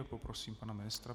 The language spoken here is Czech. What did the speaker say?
Poprosím pana ministra.